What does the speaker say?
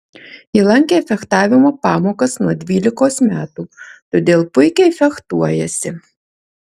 ji lankė fechtavimo pamokas nuo dvylikos metų todėl puikiai fechtuojasi